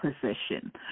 position